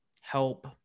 help